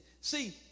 See